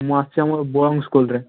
ମୁଁ ଆସିଛି ଆମର ବୋଳଙ୍ଗ ସ୍କୁଲରେ